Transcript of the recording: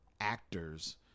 actors